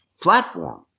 platform